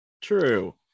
True